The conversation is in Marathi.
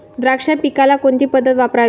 द्राक्ष पिकाला कोणती पद्धत वापरावी?